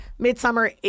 Midsummer